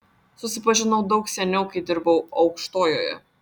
susipažinau daug seniau kai dirbau aukštojoje